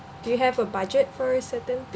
do you have a budget for a certain